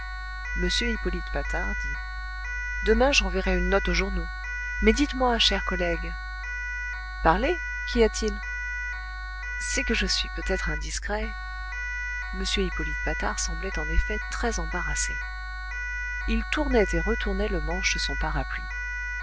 m hippolyte patard dit demain j'enverrai une note aux journaux mais dites-moi cher collègue parlez qu'y a-t-il c'est que je suis peut-être indiscret m hippolyte patard semblait en effet très embarrassé il tournait et retournait le manche de son parapluie